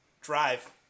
drive